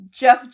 Jeff